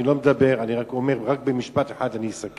אני לא מדבר, אני רק אומר: רק במשפט אחד אני אסכם,